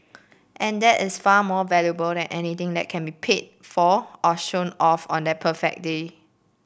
and that is far more valuable than anything that can be paid for or shown off on that perfect day